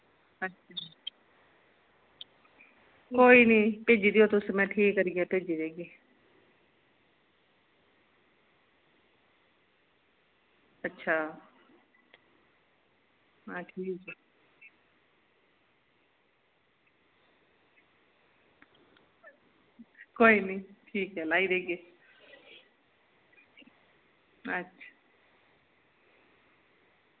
अच्छा कोई नी भेजी देयो तुस में ठीक करियै भेजी देगी अच्छा हां ठीक ऐ कोई नी ठीक ऐ लाई देगे अच्छा